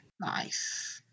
nice